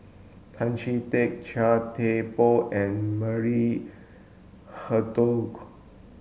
Tan Chee Teck Chia Thye Poh and Maria Hertogh